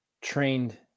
Trained